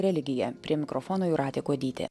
religija prie mikrofono jūratė kuodytė